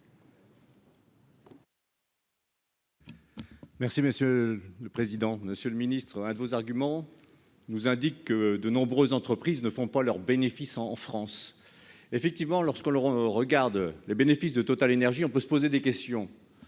Merci monsieur le président, Monsieur le Ministre, un de vos arguments, nous indique que de nombreuses entreprises ne font pas leurs bénéfices en France effectivement, lorsque l'on regarde les bénéfices de Total Énergie on peut se poser des questions